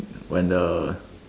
when the